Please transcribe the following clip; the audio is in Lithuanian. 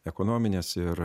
ekonominės ir